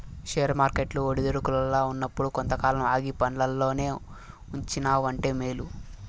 share వర్కెట్లు ఒడిదుడుకుల్ల ఉన్నప్పుడు కొంతకాలం ఆగి పండ్లల్లోనే ఉంచినావంటే మేలు